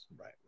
Right